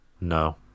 No